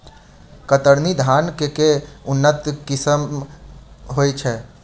कतरनी धान केँ के उन्नत किसिम होइ छैय?